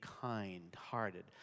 kind-hearted